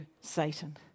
Satan